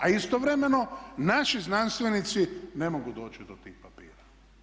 A istovremeno naši znanstvenici ne mogu doći do tih papira.